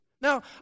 Now